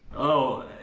oh,